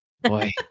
boy